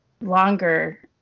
longer